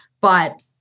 but-